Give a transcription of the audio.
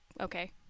okay